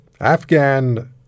Afghan